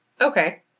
Okay